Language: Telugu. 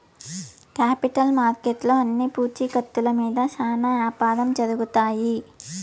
కేపిటల్ మార్కెట్లో అన్ని పూచీకత్తుల మీద శ్యానా యాపారం జరుగుతాయి